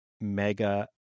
mega